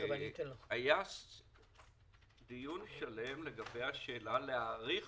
היה דיון שלם לגבי השאלה איך להאריך